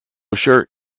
shirt